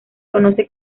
conoce